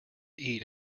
eat